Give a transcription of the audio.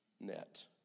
Net